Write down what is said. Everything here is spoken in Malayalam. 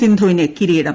സിന്ധുവിന് കിരീടം